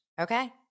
Okay